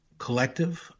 collective